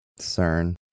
CERN